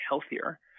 healthier